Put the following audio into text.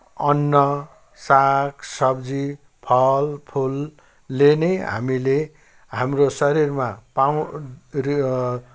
अन्न सागसब्जी फलफुलले नै हामीले हाम्रो शरीरमा पाउँ